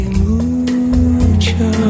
mucho